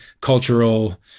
cultural